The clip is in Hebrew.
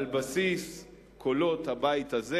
על בסיס קולות הבית הזה,